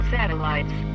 Satellites